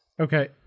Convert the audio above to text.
Okay